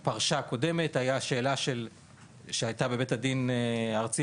לאחר פרישתה של קודמת הועלתה שאלה בבית הדין הארצי